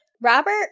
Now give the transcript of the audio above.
Robert